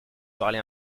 parlez